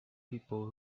people